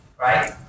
Right